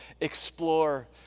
explore